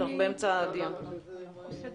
דניאל מלצר